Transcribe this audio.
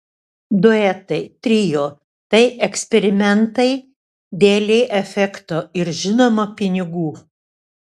duetai trio tai eksperimentai dėlei efekto ir žinoma pinigų